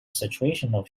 situational